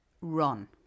run